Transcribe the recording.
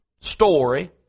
story